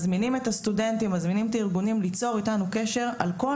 אנחנו מזמינים את הסטודנטים ליצור איתנו קשר לגבי